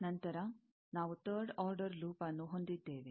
ನಂತರ ನಾವು third order ಲೂಪ್ನ್ನು ಹೊಂದಿದ್ದೇವೆ